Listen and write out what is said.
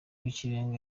ikirenga